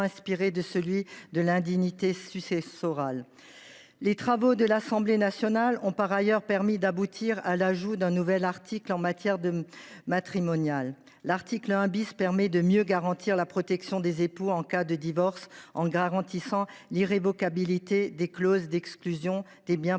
inspiré de celui de l’indignité successorale. Les travaux de l’Assemblée nationale ont par ailleurs abouti à l’ajout d’un nouvel article en matière matrimoniale. L’article 1 permet de mieux garantir la protection des époux en cas de divorce, en garantissant l’irrévocabilité des clauses d’exclusion des biens